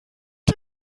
die